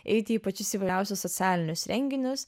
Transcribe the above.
eiti į pačius įvairiausius socialinius renginius